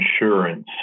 insurance